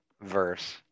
verse